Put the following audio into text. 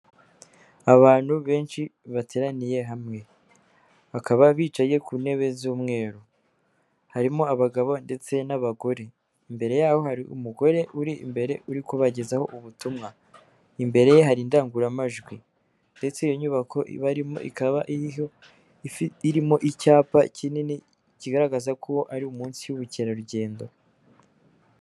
Abantu benshi bateraniye hamwe bakaba bicaye ku ntebe z'umweru, harimo abagabo ndetse n'abagore. Imbere yaho hari umugore uri imbere uri kubagezaho ubutumwa, imbere hari indangururamajwi ndetse iyo nyubako ibarimo ikaba iriho irimo icyapa kinini kigaragaza ko ari munsi y'ubukerarugendo.